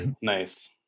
nice